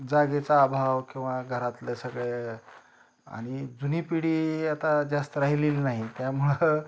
जागेचा अभाव किंवा घरातलं सगळं आनी जुनी पिढी आता जास्त राहिलेली नाही त्यामुळं